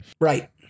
Right